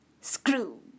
Screw